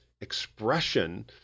expression